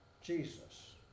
Jesus